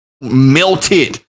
melted